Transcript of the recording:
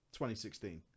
2016